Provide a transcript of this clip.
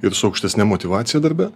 ir su aukštesne motyvacija darbe